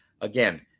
Again